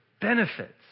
benefits